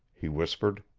he whispered.